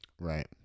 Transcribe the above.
right